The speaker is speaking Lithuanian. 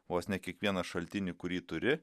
vos ne kiekvieną šaltinį kurį turi